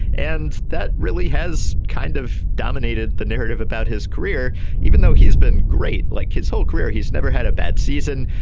and that really has kind of dominated the narrative about his career even though he's been great. like his whole career he's never had a bad season.